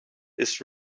its